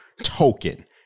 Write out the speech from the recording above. token